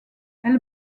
elle